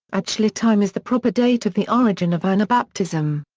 at schleitheim is the proper date of the origin of anabaptism.